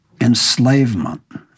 enslavement